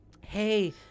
hey